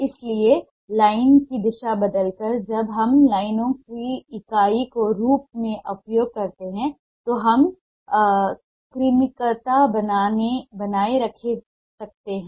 इसलिए लाइन की दिशा बदलकर जब हम लाइन को इकाई के रूप में उपयोग करते हैं तो हम क्रमिकता बनाए रख सकते हैं